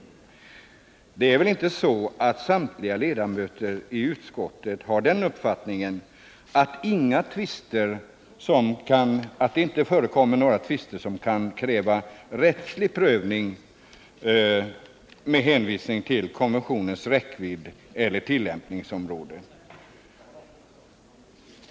Det är väl inte så att samtliga ledamöter i utskottet har den uppfattningen att det inte förekommer några tvister som kan kräva rättslig prövning med hänvisning till konventionens räckvidd eller tillämpningsområde?